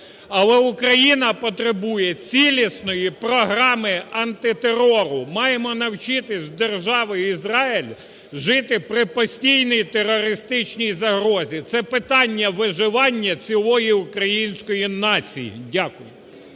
Але Україна потребує цілісної програми антитерору. Маємо навчитись в держави Ізраїль жити при постійній терористичній загрозі – це питання виживання цілої української нації. Дякую.